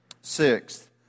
Sixth